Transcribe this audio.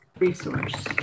resource